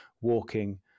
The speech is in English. walking